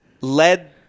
led